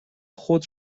خود